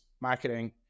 marketing